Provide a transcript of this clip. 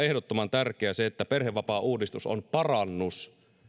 aivan ehdottoman tärkeää se että perhevapaauudistus on parannus